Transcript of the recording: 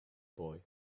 boy